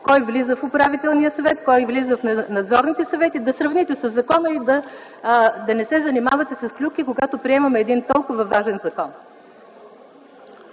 кой влиза в управителния съвет, кой влиза в надзорните съвети, да сравните със закона и да не се занимавате с клюки, когато приемаме един толкова важен закон.